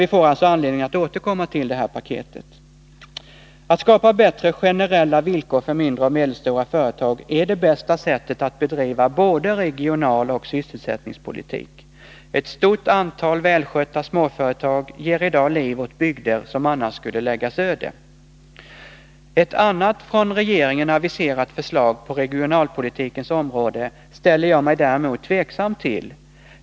Vi får alltså anledning att återkomma till det här paketet. Att skapa bättre generella villkor för mindre och medelstora företag är det bästa sättet att bedriva både regionalpolitik och sysselsättningspolitik. Ett stort antal välskötta småföretag ger i dag liv åt bygder som annars skulle läggas öde. Ett annat från regeringen aviserat förslag på regionalpolitikens område ställer jag mig däremot tveksam till.